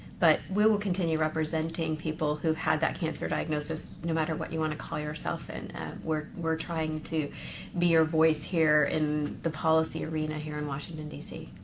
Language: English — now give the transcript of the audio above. but we will continue representing people who've had that cancer diagnosis, no matter what you want to call yourself. and we're we're trying to be your voice here in the policy arena here in washington, d c.